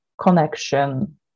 connection